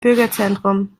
bürgerzentrum